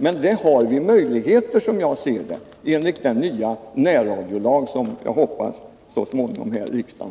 Som jag ser 2 juni 1982 det ger den nya närradiolagen, som jag hoppas riksdagen